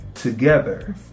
together